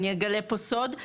אני אגלה פה סוד,